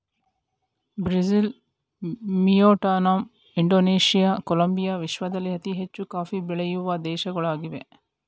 Brazil, Vietnam, Indonesia, Colombia ವಿಶ್ವದಲ್ಲಿ ಅತಿ ಹೆಚ್ಚು ಕಾಫಿ ಬೆಳೆಯೂ ದೇಶಗಳಾಗಿವೆ